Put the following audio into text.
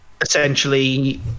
essentially